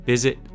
Visit